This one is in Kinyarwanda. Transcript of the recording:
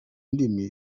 ndimi